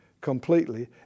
completely